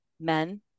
men